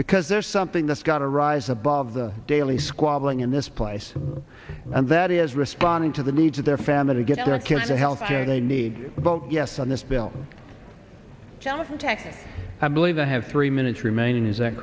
because there's something that's got to rise above the daily squabbling in this place and that is responding to the needs of their family getting their kids to health care they need to vote yes on this bill keller ok i believe i have three minutes remaining is that